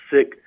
sick